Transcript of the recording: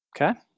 Okay